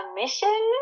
mission